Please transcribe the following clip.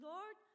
Lord